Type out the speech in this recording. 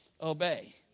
obey